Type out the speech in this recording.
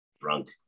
drunk